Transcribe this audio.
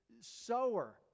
sower